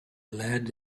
lead